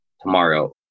tomorrow